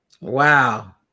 Wow